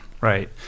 Right